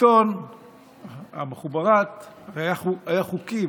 לשלטון המוח'בראת היו חוקים,